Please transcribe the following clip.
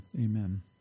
Amen